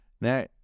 Now